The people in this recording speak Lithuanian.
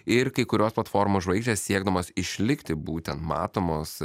ir kai kurios platformos žvaigždės siekdamos išlikti būtent matomos